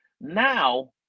Now